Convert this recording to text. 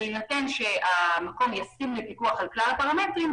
בהינתן שהמקום ישים לפיקוח על כלל הפרמטרים,